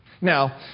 Now